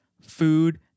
food